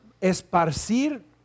esparcir